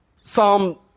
Psalm